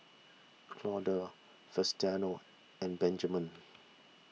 Claude Faustino and Benjamen